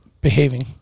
behaving